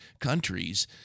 countries